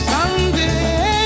Someday